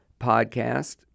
podcast